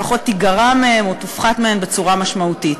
לפחות תיגרע מהן או תופחת מהן במידה משמעותית.